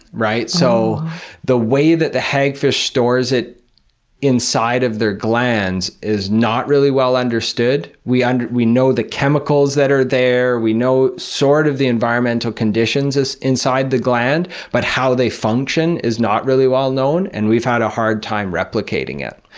so the way that the hagfish stores it inside of their glands is not really well understood. we and we know the chemicals that are there, we know sort of the environmental conditions inside the gland, but how they function is not really well known, and we've had a hard time replicating it.